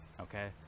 okay